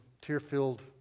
tear-filled